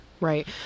Right